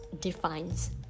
defines